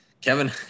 Kevin